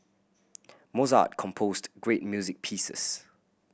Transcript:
Mozart composed great music pieces